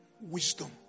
wisdom